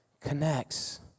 connects